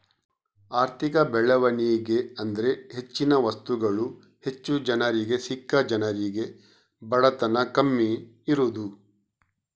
ಆರ್ಥಿಕ ಬೆಳವಣಿಗೆ ಅಂದ್ರೆ ಹೆಚ್ಚಿನ ವಸ್ತುಗಳು ಹೆಚ್ಚು ಜನರಿಗೆ ಸಿಕ್ಕಿ ಜನರಿಗೆ ಬಡತನ ಕಮ್ಮಿ ಇರುದು